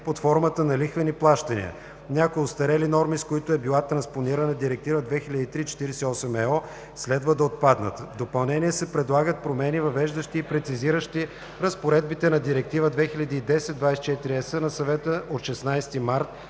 под формата на лихвени плащания – някои остарели норми, с които е била транспонирана Директива 2003/48/ЕО, следва да отпаднат. В допълнение се предлагат промени, въвеждащи и прецизиращи разпоредбите на Директива 2010/24/ЕС на Съвета от 16 март